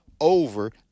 over